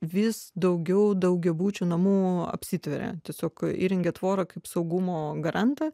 vis daugiau daugiabučių namų apsitveria tiesiog įrengia tvorą kaip saugumo garantą